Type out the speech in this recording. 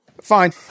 fine